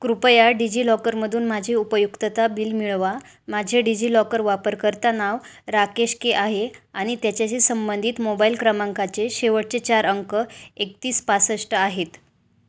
कृपया डिजिलॉकरमधून माझे उपयुक्तता बिल मिळवा माझे डिजिलॉकर वापरकर्ता नाव राकेश के आहे आणि त्याच्याशी संबंधित मोबाईल क्रमांकाचे शेवटचे चार अंक एकतीस पासष्ट आहेत